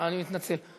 אני מתנצל.